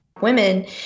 women